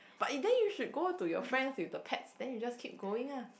but you then you should go to your friends with the pets then you just keep going lah